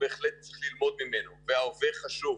ואכן צריך ללמוד מהעבר, וההווה החשוב.